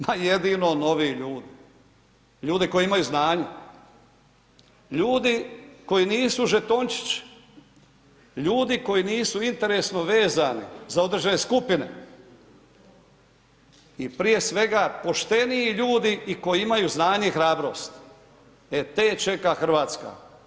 Ma jedino novi ljudi, ljudi koji imaju znanje, ljudi koji nisu žetončići, ljudi koji nisu interesno vezani za određene skupine i prije svega pošteniji ljudi i koji imaju znanje i hrabrost, e te čeka RH.